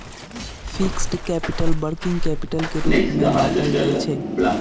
fixed capital, working capital के रूप में बाटल जाइ छइ